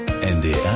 NDR